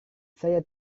saya